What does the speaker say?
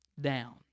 down